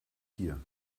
hier